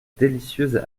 délicieuse